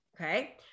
Okay